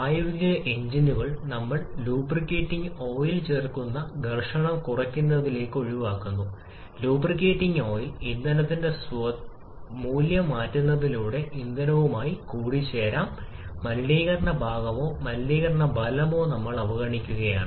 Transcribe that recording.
പ്രായോഗിക എഞ്ചിനുകൾ നമ്മൾ ലൂബ്രിക്കറ്റിംഗ് ഓയിൽ ചേർക്കുന്ന ഘർഷണം കുറയ്ക്കുന്നതിന് ഒഴിവാക്കുന്നു ലൂബ്രിക്കറ്റിംഗ് ഓയിൽ ഇന്ധനത്തിന്റെ സ്വത്ത് മാറ്റുന്നതിലൂടെ ഇന്ധനവുമായി കൂടിച്ചേരാം മലിനീകരണ ഭാഗമോ മലിനീകരണ ഫലമോ നമ്മൾ അവഗണിക്കുകയാണ്